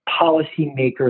policymakers